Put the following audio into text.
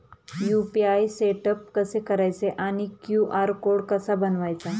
UPI setup कसे करायचे आणि क्यू.आर कोड कसा बनवायचा?